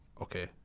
Okay